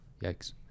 Yikes